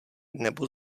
nebo